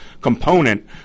component